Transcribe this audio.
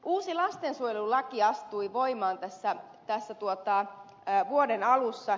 uusi lastensuojelulaki astui voimaan tässä ja se tuottaa ne vuoden alussa